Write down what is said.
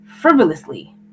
frivolously